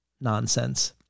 nonsense